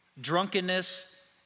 drunkenness